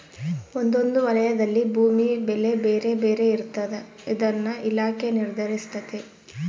ಒಂದೊಂದು ವಲಯದಲ್ಲಿ ಭೂಮಿ ಬೆಲೆ ಬೇರೆ ಬೇರೆ ಇರ್ತಾದ ಅದನ್ನ ಇಲಾಖೆ ನಿರ್ಧರಿಸ್ತತೆ